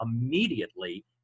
immediately